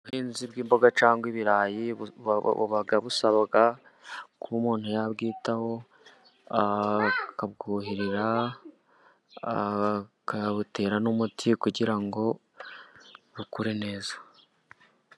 Ubuhinzi bw'imboga cyangwa ibirayi, buba busaba ko umuntu abwitaho, akabwuhirira akabutera n'umuti kugira ngo bukure neza.